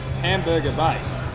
hamburger-based